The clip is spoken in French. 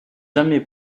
jamais